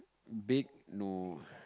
bake no